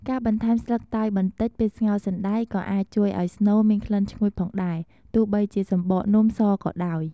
ការបន្ថែមស្លឹកតើយបន្តិចពេលស្ងោរសណ្ដែក ក៏អាចជួយឲ្យស្នូលមានក្លិនឈ្ងុយផងដែរ ទោះបីជាសំបកនំសក៏ដោយ។